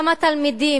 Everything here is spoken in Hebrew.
כמה תלמידים,